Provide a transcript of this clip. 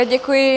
Děkuji.